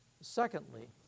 Secondly